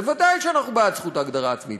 בוודאי שאנחנו בעד זכות ההגדרה העצמית,